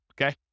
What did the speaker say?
Okay